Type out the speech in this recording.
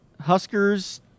Huskers